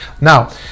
now